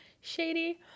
shady